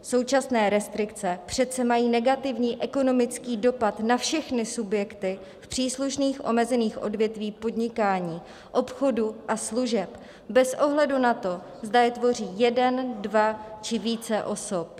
Současné restrikce přece mají negativní ekonomický dopad na všechny subjekty v příslušných omezených odvětvích podnikání, obchodu a služeb bez ohledu na to, zda je tvoří jedna, dvě či více osob.